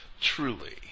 truly